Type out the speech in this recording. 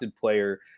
player